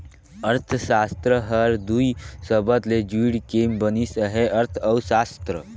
अर्थसास्त्र हर दुई सबद ले जुइड़ के बनिस अहे अर्थ अउ सास्त्र